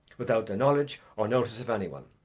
without the knowledge or notice of any one.